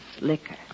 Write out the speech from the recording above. liquor